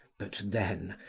but then,